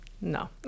no